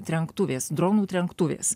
trenktuvės dronų trenktuvės